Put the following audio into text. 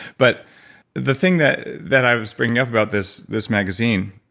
but the thing that that i was bringing up about this this magazine,